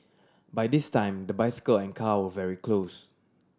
by this time the bicycle and car were very close